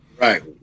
Right